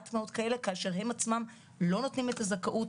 כאשר הם עצמם לא נותנים את הזכאות,